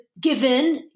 given